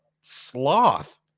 sloth